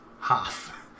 half